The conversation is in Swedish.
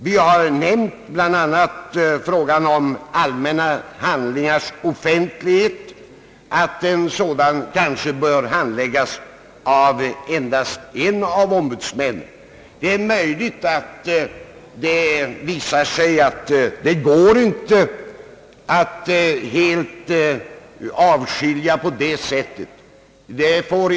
Vi har bland annat nämnt att ärenden som gäller allmänna handlingars offentlighet bör handläggas av endast en av ombudsmännen. Det är möjligt att det visar sig att det inte går att göra en sådan fördelning.